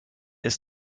ist